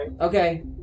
okay